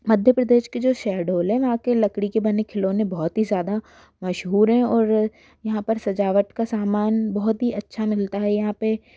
मध्य प्रदेश के जो शहढोले में आके लकड़ी के बने खिलौने बहुत ही ज़्यादा मशहूर हैं और यहाँ पर सजावट का सामान बहुत ही अच्छा मिलता है यहाँ पर